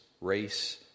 race